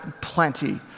plenty